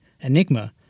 Enigma